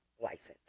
license